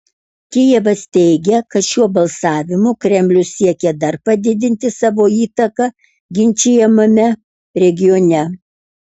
kijevas teigia kad šiuo balsavimu kremlius siekė dar padidinti savo įtaką ginčijamame regione